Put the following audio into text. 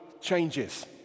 changes